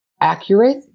accurate